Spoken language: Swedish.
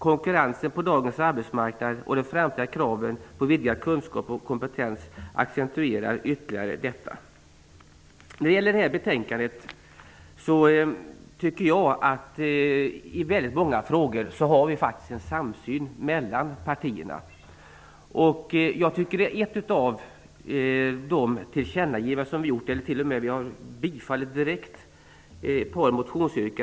Konkurrensen på dagens arbetsmarknad och de framtida kraven på vidgad kunskap och kompetens accentuerar detta ytterligare. När det gäller det här betänkandet tycker jag att det finns en samsyn mellan partierna i många frågor. Ett par motionsyrkanden har vi bifallit direkt.